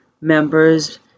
members